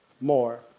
more